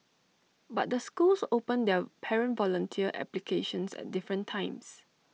but the schools open their parent volunteer applications at different times